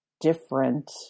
different